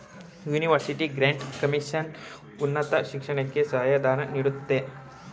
university grant commission ಉನ್ನತ ಶಿಕ್ಷಣಕ್ಕೆ ಸಹಾಯ ಧನ ನೀಡುತ್ತದೆ